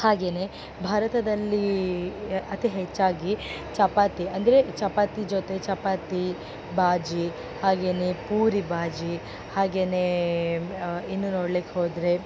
ಹಾಗೇ ಭಾರತದಲ್ಲಿ ಅತಿ ಹೆಚ್ಚಾಗಿ ಚಪಾತಿ ಅಂದರೆ ಚಪಾತಿ ಜೊತೆ ಚಪಾತಿ ಬಾಜಿ ಹಾಗೇ ಪೂರಿ ಬಾಜಿ ಹಾಗೆಯೇ ಇನ್ನೂ ನೋಡ್ಲಿಕ್ಕೆ ಹೋದರೆ